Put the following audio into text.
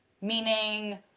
meaning